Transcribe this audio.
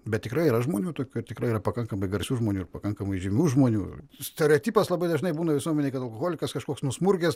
bet tikrai yra žmonių tokių tikrai yra pakankamai garsių žmonių ir pakankamai žymių žmonių stereotipas labai dažnai būna visuomenėj kad alkoholikas kažkoks nusmurgęs